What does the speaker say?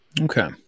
Okay